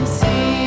see